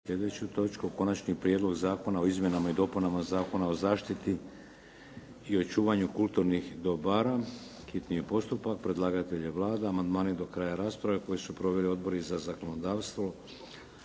sljedeću točku - Konačni prijedlog zakona o izmjenama i dopunama Zakona o zaštiti i očuvanju kulturnih dobara, hitni postupak, prvo i drugo čitanje, P.Z. br. 391 Predlagatelj je Vlada. Amandmani do kraja rasprave koju su proveli Odbori za zakonodavstvo,